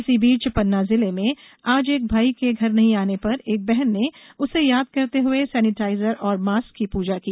इसी बीच पन्ना जिले में आज एक भाई के घर नही आने पर एक बहन ने उसे याद करते हुए सैनीटाइजर और मास्क की पूजा की